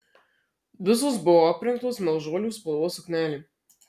visos buvo aprengtos mėlžolių spalvos suknelėm